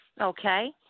Okay